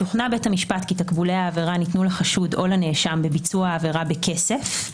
המשפט כי תקבולי העבירה ניתנו לחשוד או לנאשם בביצוע העבירה בכסף,